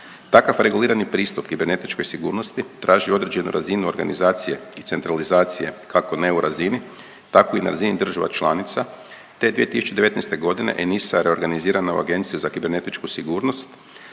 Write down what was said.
Takav regulirani pristup kibernetičkoj sigurnosti traži određenu razinu organizacije i centralizacije kako ne u razini tako i na razini država članica, te 2019.g. ENISA reorganizirana u Agenciju za kibernetičku sigurnost,